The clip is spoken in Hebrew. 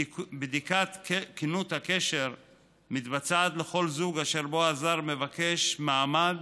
בדיקת כנות הקשר מתבצעת לכל זוג אשר בו הזר מבקש מעמד